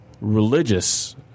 religious